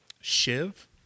Shiv